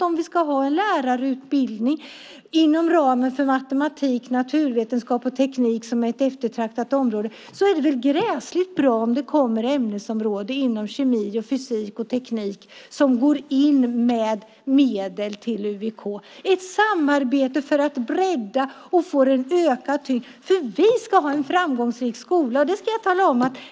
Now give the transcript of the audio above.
Om vi ska ha en lärarutbildning för matematik, naturvetenskap och teknik, som är ett eftertraktat område, är det väl väldigt bra om det kommer ämnesområden inom kemi, fysik och teknik som går in med medel till UVK. Det är ett samarbete för att bredda och få en ökad tyngd. Vi ska ha en framgångsrik skola.